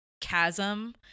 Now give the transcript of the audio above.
chasm